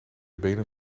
benen